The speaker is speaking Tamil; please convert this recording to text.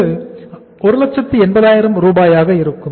இது 180000 ரூபாயாக இருக்கும்